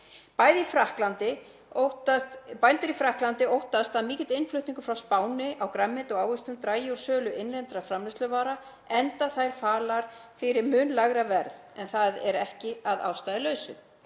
Bændur í Frakklandi óttast að mikill innflutningur frá Spáni á grænmeti og ávöxtum dragi úr sölu innlendra framleiðsluvara, enda þær falar fyrir mun lægra verð. En það er ekki að ástæðulausu